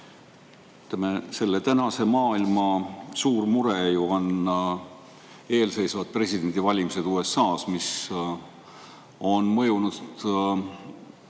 Ütleme, tänase maailma suur mure ju on eelseisvad presidendivalimised USA-s, mis on mõjunud